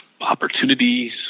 opportunities